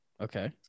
Okay